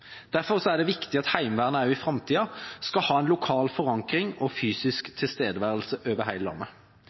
framtida skal ha en lokal forankring og fysisk tilstedeværelse over hele landet.